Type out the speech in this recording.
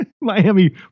Miami